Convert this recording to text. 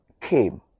came